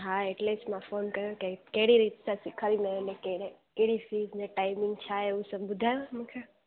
हा at least मां phone कयो की कहिड़ी रीति सां सेखारींदा आहियो अने कहिड़े कहिड़ी सीख अने टाइमिंग छा आहे उहो सभु ॿुधायो मूंखे